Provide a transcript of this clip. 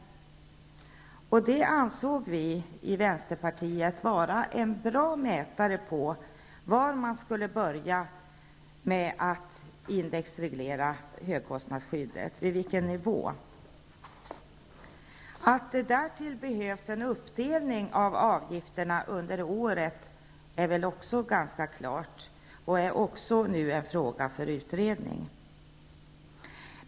Vi i Vänsterpartiet ansåg detta vara en bra mätare på vid vilken nivå man skulle införa ett indexreglerat högkostnadsskydd. Det är också ganska klart att det därtill behövs en uppdelning av avgifterna under året, vilket även är en fråga för utredning.